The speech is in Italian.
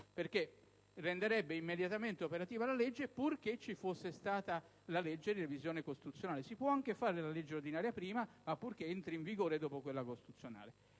perché renderebbe immediatamente operativa la legge, purché ci fosse stata la legge di revisione costituzionale. Si può anche fare prima la legge ordinaria, purché entri in vigore dopo quella costituzionale.